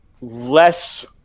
less